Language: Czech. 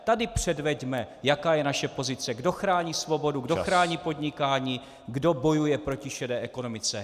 Tady předveďme, jaká je naše pozice, kdo chrání svobodu, kdo chrání podnikání, kdo bojuje proti šedé ekonomice.